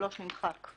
נמחק.